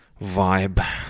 vibe